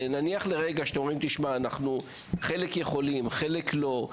נניח לרגע שאתם אומרים: חלק אנחנו יכולים, חלק לא.